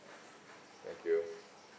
thank you